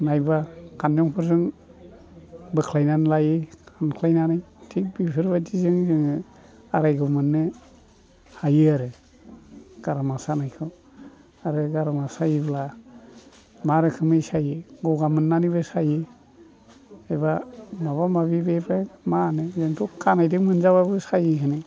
मायबा खानजंफोरजों बोख्लायनानै लायो एख्लायनानै थिख बेफोरबायदिजों जोङो आरायग' मोननो हायो आरो गारामा सानायखौ आरो गारामा सायोब्ला मा रोखोमै सायो गगा मोननानैबो सायो एबा माबा माबि बेफोर मा होनो ओरैनथ' खानायदों मोनजाब्लाबो सायो होनो